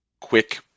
quick